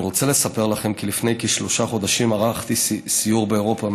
אני רוצה לספר לכם שלפני כשלושה חודשים ערכתי סיור באירופה,